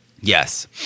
Yes